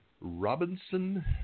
Robinson